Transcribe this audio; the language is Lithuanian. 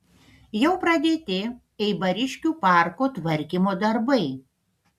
jau pradėti eibariškių parko tvarkymo darbai